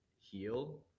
heal